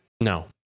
No